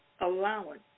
allowance